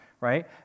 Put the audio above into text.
right